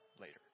later